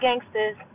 gangsters